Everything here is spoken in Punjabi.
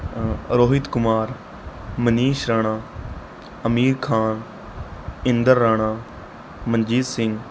ਰੋਹਿਤ ਕੁਮਾਰ ਮਨੀਸ਼ ਰਾਣਾ ਅਮੀਰ ਖਾਨ ਇੰਦਰ ਰਾਣਾ ਮਨਜੀਤ ਸਿੰਘ